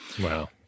Wow